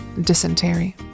dysentery